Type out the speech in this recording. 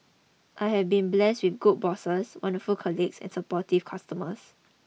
I have been blessed with good bosses wonderful colleagues and supportive customers